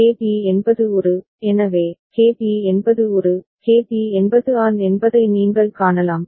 KB என்பது ஒரு எனவே KB என்பது ஒரு KB என்பது An என்பதை நீங்கள் காணலாம்